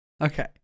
Okay